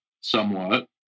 somewhat